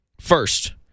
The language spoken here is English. First